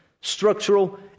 structural